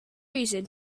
reason